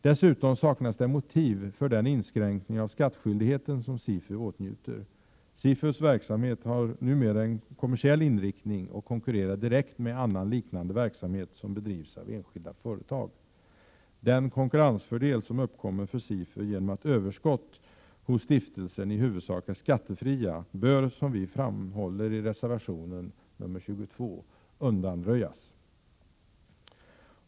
Dessutom saknas det motiv för den inskränkning av skattskyldigheten som SIFU åtnjuter. SIFU:s verksamhet har numera en kommersiell inriktning och konkurrerar direkt med annan liknande verksamhet som bedrivs av enskilda företag. Den konkurrensfördel som uppkommer för SIFU genom att överskott hos stiftelsen i huvudsak är skattefria bör, som vi framhåller i reservationen nr 22, undanröjas.